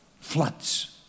Floods